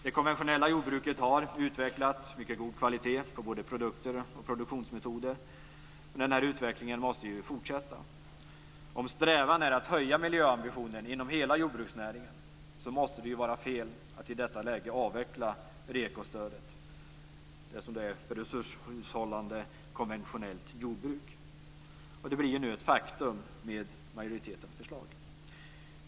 Det konventionella jordbruket har utvecklat en mycket god kvalitet på både produkter och produktionsmetoder. Och denna utveckling måste fortsätta. Om strävan är att höja miljöambitionen inom hela jordbruksnäringen, måste det vara fel att i detta läge avveckla REKO-stödet, stöd för resurshushållande konventionellt jordbruk. Det blir ju nu ett faktum med majoritetens förslag.